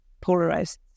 polarized